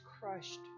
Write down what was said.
crushed